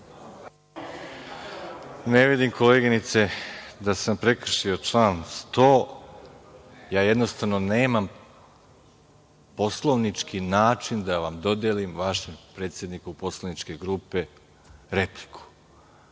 Ne vidim koleginice da sam prekršio član 100. Ja jednostavno nemam poslovnički način da dodelim vašem predsedniku poslaničke grupe repliku.